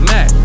Mac